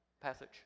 passage